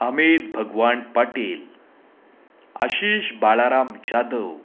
Amit Bhagwan Patil Ashish Balaram Jadhav